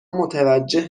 متوجه